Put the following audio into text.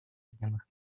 объединенных